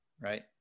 right